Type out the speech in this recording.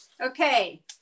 Okay